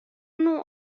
نوع